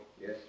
Yes